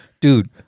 dude